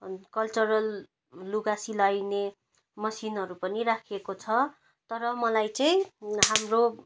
cultural लुगा सिलाइने मेसिनहरू पनि राखिएको छ तर मलाई चाहिँ हाम्रो